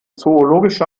zoologische